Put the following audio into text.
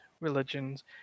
religions